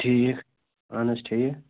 ٹھیٖک اَہَن حظ ٹھیٖک